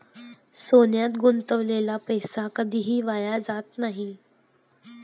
सोन्यात गुंतवलेला पैसा कधीही वाया जात नाही